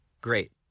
Great